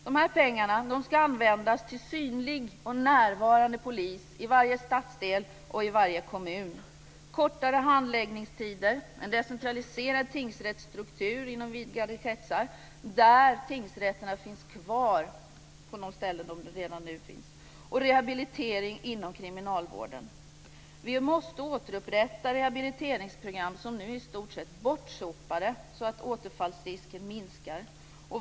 Dessa pengar ska användas till synlig och närvarande polis i varje stadsdel och i varje kommun, kortare handläggningstider, en decentraliserad tingsrättsstruktur inom vidgade kretsar där tingsrätterna finns kvar på sina nuvarande platser och rehabilitering inom kriminalvården. Vi måste återupprätta rehabiliteringsprogram som nu i stort sett är bortsopade, så att återfallsrisken minskar.